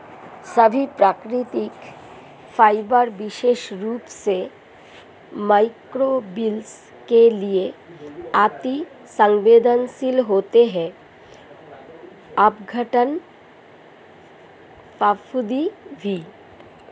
सभी प्राकृतिक फाइबर विशेष रूप से मइक्रोबियल के लिए अति सवेंदनशील होते हैं अपघटन, फफूंदी भी